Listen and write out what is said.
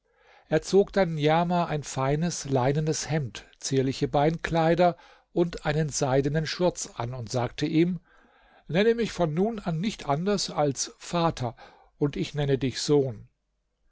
er zog dann niamah ein feines leinenes hemd zierliche beinkleider und einen seidenen schurz an und sagte ihm nenne mich von nun an nicht anders als vater und ich nenne dich sohn